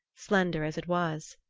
slender as it was.